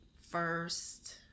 first